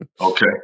Okay